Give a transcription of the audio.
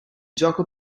gioco